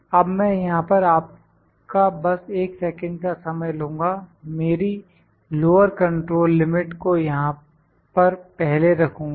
अब मैं यहां पर आपका बस 1 सेकंड का समय लूँगा मेरी लोअर कंट्रोल लिमिट को यहां पर पहले रखूंगा